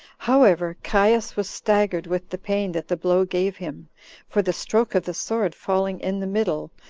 however, caius was staggered with the pain that the blow gave him for the stroke of the sword falling in the middle,